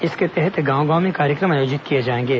इसके तहत गांव गांव में कार्यक्रम आयोजित किये जाएंगे